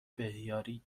بهیاری